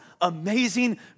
amazing